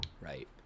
Right